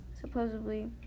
supposedly